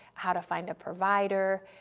how to find a provider,